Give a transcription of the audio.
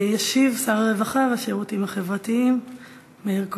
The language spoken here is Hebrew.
ישיב שר הרווחה והשירותים החברתיים מאיר כהן.